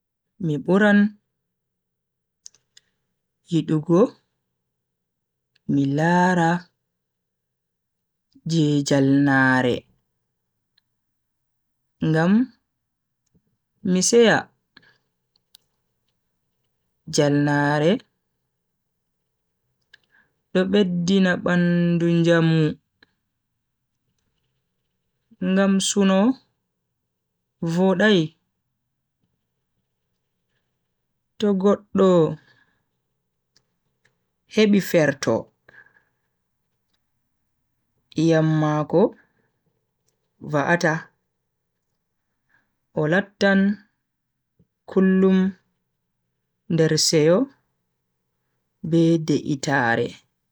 Mi buran yidugo mi lara je jalnaare ngam mi seya. jalnaare do beddina bandu njamu ngam suno vodai. to goddo hebi ferto iyam mako va'ata o lattan kullum nder seyo be de'itaare.